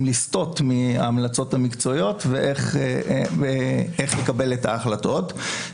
לסטות מההמלצות המקצועיות ואיך לקבל את ההחלטות.